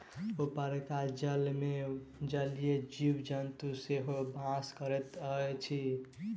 उपरका जलमे जलीय जीव जन्तु सेहो बास करैत अछि